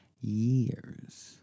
years